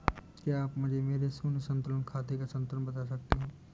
क्या आप मुझे मेरे शून्य संतुलन खाते का संतुलन बता सकते हैं?